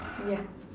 yeah